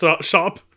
shop